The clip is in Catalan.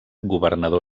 governador